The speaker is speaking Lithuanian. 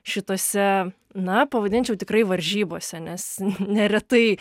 šitose na pavadinčiau tikrai varžybose nes neretai